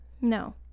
No